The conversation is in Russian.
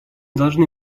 должны